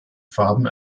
farben